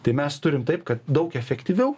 tai mes turim taip kad daug efektyviau